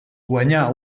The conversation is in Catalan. guanyà